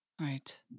Right